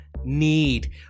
need